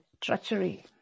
treachery